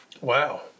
wow